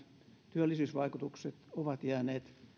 työllisyysvaikutukset ovat jääneet